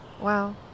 wow